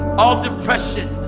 all depression,